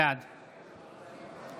בעד